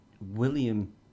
William